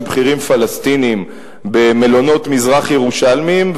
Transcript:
בכירים פלסטינים במלונות מזרח-ירושלמיים,